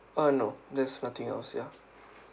uh no there's nothing else ya